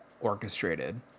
orchestrated